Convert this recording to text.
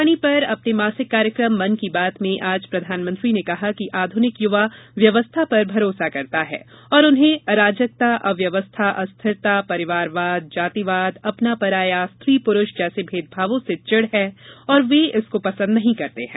आकाशवाणी पर अपने मासिक कार्यक्रम मन की बात में आज प्रधानमंत्री ने कहा कि आधुनिक युवा व्यवस्था पर भरोसा करता है और उन्हें अराजकता अव्यवस्था अस्थिरता परिवारवाद जातिवाद अपना पराया स्त्री पुरूष जैसे भेदभावों से चिढ़ है और वो इसको पसंद नहीं करते हैं